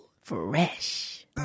Fresh